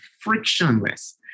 frictionless